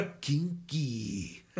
kinky